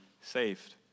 saved